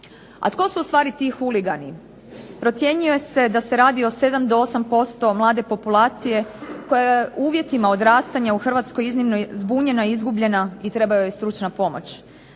A tko su ustvari ti huligani? Procjenjuje se da se radi o 7 do 8% mlade populacije koja je uvjetima odrastanja u Hrvatskoj iznimno zbunjena, izgubljena i treba joj stručna pomoć.